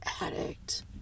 addict